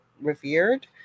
revered